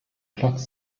platz